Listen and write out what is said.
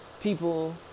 People